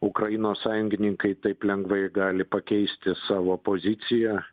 ukrainos sąjungininkai taip lengvai gali pakeisti savo poziciją